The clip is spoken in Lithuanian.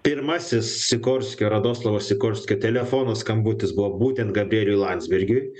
pirmasis sikorskio radoslavo sikorskio telefono skambutis buvo būtent gabrieliui landsbergiui